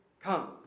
come